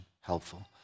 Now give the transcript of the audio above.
helpful